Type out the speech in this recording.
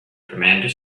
commander